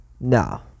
No